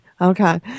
Okay